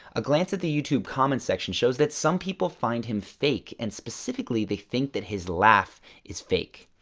a glance at the youtube comments section shows that some people find him fake and specifically, they think that his laugh is fake.